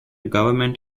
government